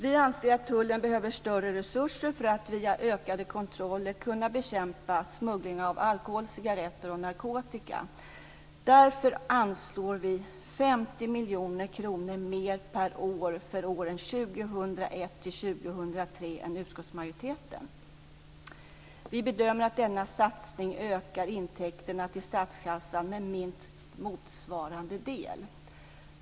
Vi anser att tullen behöver större resurser för att via ökade kontroller kunna bekämpa smuggling av alkohol, cigarretter och narkotika. Därför anvisar vi 50 miljoner kronor mer per år för åren 2001-2003 än utskottsmajoriteten. Vi bedömer att denna satsning ökar intäkterna till statskassan med minst motsvarande del.